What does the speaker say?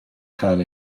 cael